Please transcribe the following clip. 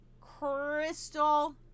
crystal